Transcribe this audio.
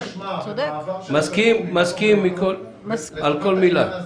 --- מסכים עם כל מילה.